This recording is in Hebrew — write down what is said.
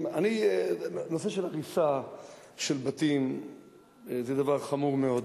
נושא של הריסה של בתים זה דבר חמור מאוד.